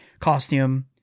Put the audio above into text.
costume